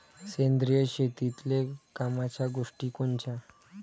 सेंद्रिय शेतीतले कामाच्या गोष्टी कोनच्या?